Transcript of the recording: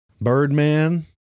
Birdman